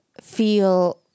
feel